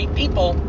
people